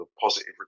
positive